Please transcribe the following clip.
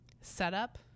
setup